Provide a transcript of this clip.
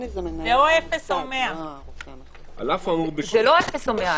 זה או אפס או 100. זה לא אפס או 100,